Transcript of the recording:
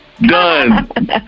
Done